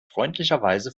freundlicherweise